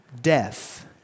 death